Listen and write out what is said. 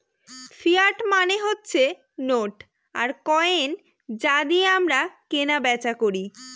fiat মানে হচ্ছে note আর কয়েন যা দিয়ে আমরা কেনা বেচা করি